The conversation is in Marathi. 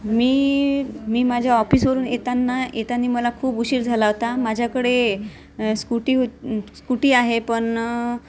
मी मी माझ्या ऑफिसवरून येताना येताना मला खूप उशीर झाला होता माझ्याकडे स्कूटी हो स्कूटी आहे पण